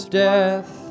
death